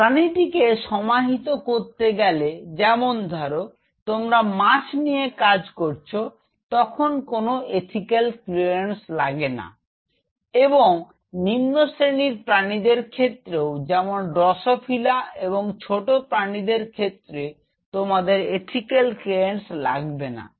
প্রাণীটির কে সমাহিত করতে গেলে যেমন ধরো তোমরা মাছ নিয়ে কাজ করছ তখন তার কোন ইথিক্যাল ক্লিয়ারেন্স লাগে না এবং নিম্ন শ্রেণীর প্রাণী দের ক্ষেত্রেও যেমন ড্রসোফিলা এবং ছোট প্রাণীদের ক্ষেত্রে তোমাদের ইথিক্যাল ক্লিয়ারেন্স লাগবেনা